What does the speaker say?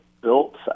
built